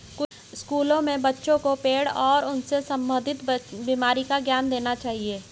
स्कूलों में बच्चों को पेड़ और उनसे संबंधित बीमारी का ज्ञान देना चाहिए